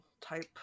type